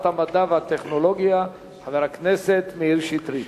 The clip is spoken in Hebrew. המדע והטכנולוגיה חבר הכנסת מאיר שטרית.